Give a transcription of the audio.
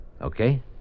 Okay